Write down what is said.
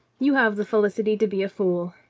you have the felicity to be a fool.